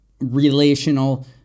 relational